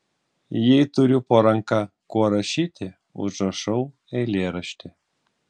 jei turiu po ranka kuo rašyti užrašau eilėraštį